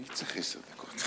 מי צריך עשר דקות?